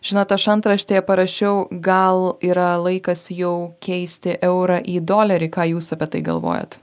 žinot aš antraštėje parašiau gal yra laikas jau keisti eurą į dolerį ką jūs apie tai galvojat